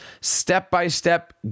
step-by-step